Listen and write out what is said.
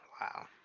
Wow